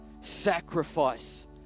sacrifice